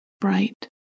bright